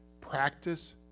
Practice